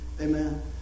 Amen